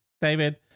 David